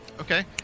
Okay